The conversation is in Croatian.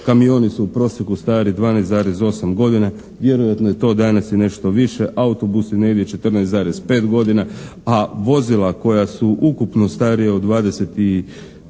kamioni su u prosjeku stari 12,8 godina, vjerojatno je to danas i nešto više, autobusi negdje 14,5 godina a vozila koja su ukupno starija od 20 godina